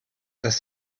das